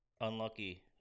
Unlucky